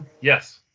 Yes